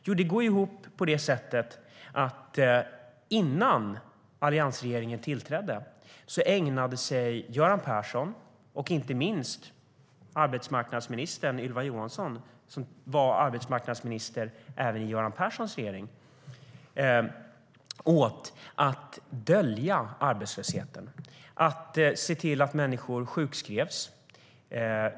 Jo, innan alliansregeringen tillträdde ägnade sig Göran Persson och inte minst arbetsmarknadsminister Ylva Johansson, som var arbetsmarknadsminister även i Göran Perssons regering, åt att dölja arbetslösheten genom att se till att människor sjukskrevs.